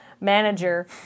manager